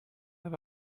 have